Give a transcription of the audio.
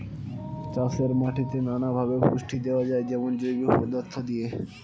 চাষের মাটিতে নানা ভাবে পুষ্টি দেওয়া যায়, যেমন জৈব পদার্থ দিয়ে